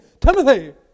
Timothy